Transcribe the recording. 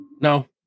No